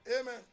Amen